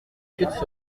queues